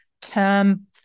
term